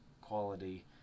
quality